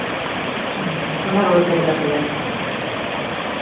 ᱚᱸᱻ ᱚᱱᱟ ᱠᱚᱫᱚ ᱪᱮᱫ ᱞᱮᱠᱟ ᱯᱞᱮᱴ